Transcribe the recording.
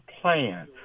plan